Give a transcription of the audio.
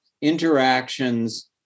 interactions